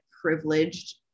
privileged